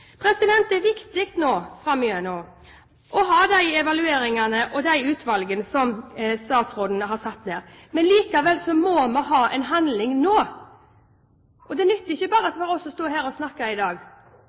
Det er viktig framover å ha de evalueringene og de utvalgene som statsrådene har satt ned, men likevel må vi ha handling nå. Det nytter ikke bare